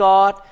God